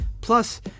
Plus